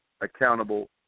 accountable